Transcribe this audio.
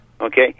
okay